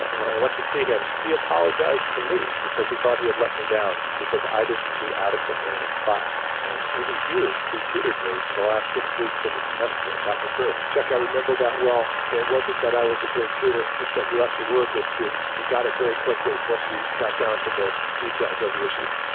when i went to see him, he apologized to me because he thought he had let me down because i didn't do adequately in his class. and it was you who tutored me for the last six weeks of the semester and got me through. chuck, i remember that well. it wasn't that i was a great tutor is that you actually were a good student. you got it very quickly once we got down to the details of the issues.